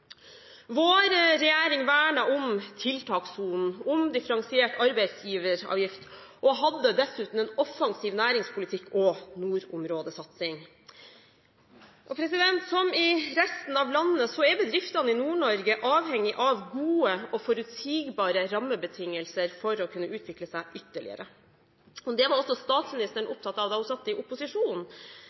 Vår regjering vernet om tiltakssonen, om differensiert arbeidsgiveravgift og hadde dessuten en offensiv næringspolitikk og nordområdesatsing. Som i resten av landet er bedriftene i Nord-Norge avhengige av gode og forutsigbare rammebetingelser for å kunne utvikle seg ytterligere. Det var også statsministeren opptatt av da hun satt i opposisjon.